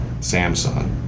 Samsung